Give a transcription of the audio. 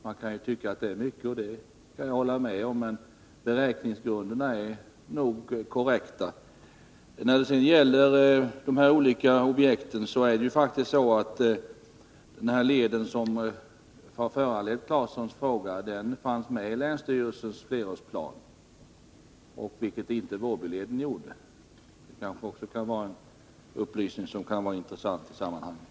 Det kan tyckas vara mycket, det kan jag hålla med om, men beräkningsgrunderna är nog korrekta. När det sedan gäller de olika objekten var det faktiskt så att Glömstaleden, som har föranlett Tore Claesons fråga, fanns med i länsstyrelsens flerårsplan, vilket Vårbyleden inte gjorde. Det kanske också kan vara en intressant upplysning i sammanhanget.